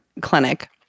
clinic